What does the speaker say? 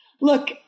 Look